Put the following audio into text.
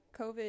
covid